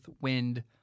wind